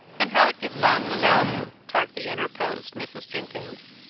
and how it gets on without him! tartly interposed mrs. jenkins.